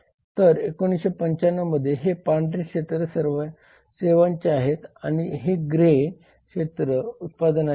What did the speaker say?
तर 1995 मध्ये हे पांढरे क्षेत्र सेवांचे आहेत आणि ग्रे क्षेत्रे उत्पादनाचे आहेत